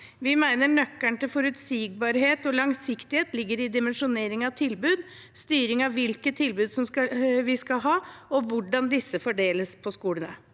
Vi mener nøkkelen til forutsigbarhet og langsiktighet ligger i dimensjonering av tilbud, styring av hvilke tilbud vi skal ha, og hvordan disse fordeles på skolene.